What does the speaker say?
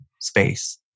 space